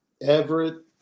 Everett